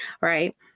right